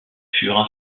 furent